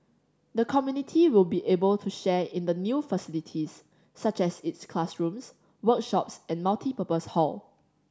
the community will be able to share in the new facilities such as its classrooms workshops and multipurpose hall